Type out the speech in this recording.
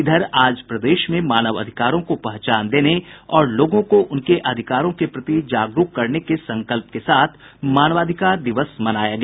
इधर आज प्रदेश में मानव अधिकारों को पहचान देने और लोगों को उनके अधिकारों के प्रति जागरूक करने के संकल्प के साथ मानवाधिकार दिवस मनाया गया